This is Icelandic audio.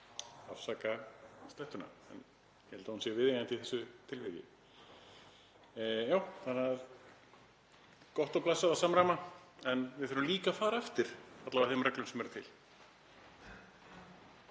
afsakið slettuna en ég held að hún sé viðeigandi í þessu tilviki. Já, gott og blessað að samræma en við þurfum líka að fara eftir alla vega þeim reglum sem eru til.